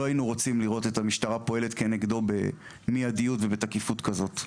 לא היינו רוצים לראות את המשטרה פועלת כנגדו במידיות ובתקיפות כזאת.